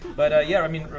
but yeah, i mean,